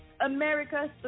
America